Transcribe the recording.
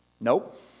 nope